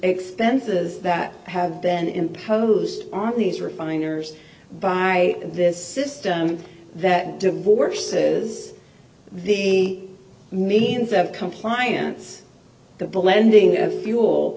expenses that have been imposed on these refiners by this system that divorce is the means of compliance the blending of